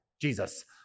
Jesus